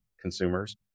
consumers